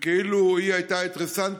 כאילו היא הייתה אינטרסנטית,